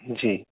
ਜੀ